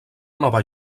nova